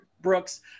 Brooks